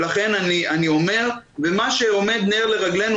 מה שעומד נר לרגלינו,